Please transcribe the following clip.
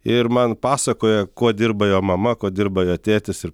ir man pasakojo kuo dirba jo mama kuo dirba jo tėtis ir